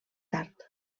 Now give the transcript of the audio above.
tard